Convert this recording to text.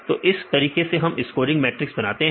तो इस तरीके से हम स्कोरग मैट्रिक्स बनाते हैं